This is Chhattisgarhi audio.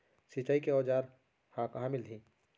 सिंचाई के औज़ार हा कहाँ मिलही?